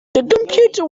computer